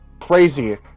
Crazy